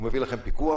הוא מביא לכם פיקוח?